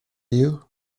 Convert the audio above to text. you